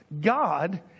God